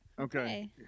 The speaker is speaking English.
Okay